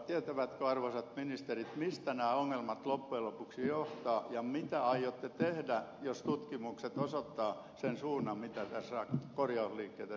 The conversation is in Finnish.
tietävätkö arvoisat ministerit mistä nämä ongelmat loppujen lopuksi johtuvat ja mitä aiotte tehdä jos tutkimukset osoittavat sen suunnan mitä korjausliikkeitä tässä täytyisi tehdä